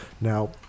Now